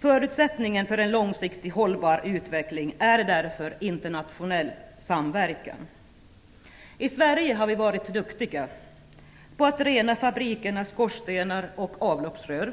Förutsättningen för en långsiktigt hållbar utveckling är därför internationell samverkan. I Sverige har vi varit duktiga på att rena utsläppen från fabrikernas skorstenar och avloppsrör.